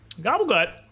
Gobblegut